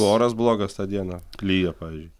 oras blogas tą dieną lyja pavyzdžiui